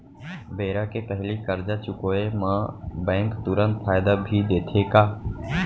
बेरा के पहिली करजा चुकोय म बैंक तुरंत फायदा भी देथे का?